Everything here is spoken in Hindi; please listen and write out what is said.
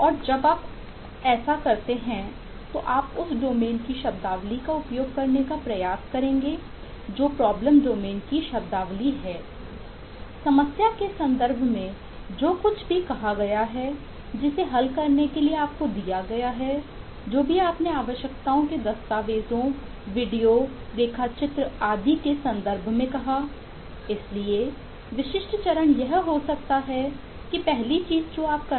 और जब आप ऐसा करते हैं तो आप उस डोमेन की शब्दावली का उपयोग करने का प्रयास करेंगे जो समस्या डोमेन की शब्दावली है समस्या के संदर्भ में जो कुछ भी कहा गया है जिसे हल करने के लिए आपको दिया गया है जो भी आपने आवश्यकताओं के दस्तावेजों वीडियो की पहचान करना